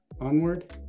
onward